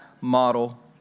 model